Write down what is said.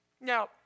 Now